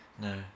No